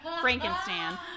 Frankenstein